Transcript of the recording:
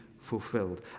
fulfilled